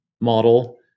model